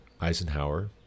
Eisenhower